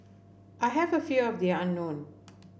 I have a fear of the unknown